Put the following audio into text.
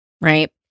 right